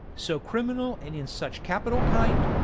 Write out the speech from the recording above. so criminal and in such capital kind,